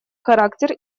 характер